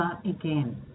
again